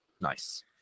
Nice